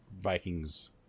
Vikings